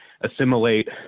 assimilate